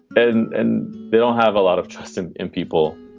and and they don't have a lot of trust in in people